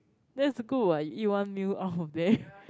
that's good what you eat one meal out of there